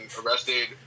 arrested